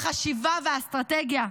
החשיבה והאסטרטגיה,